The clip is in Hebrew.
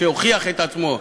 שהוכיח את עצמו.